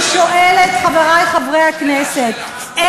אני שואלת, חברי חברי הכנסת, אני מצביע.